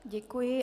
Děkuji.